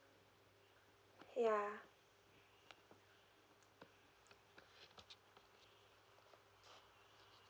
yeah